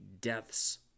deaths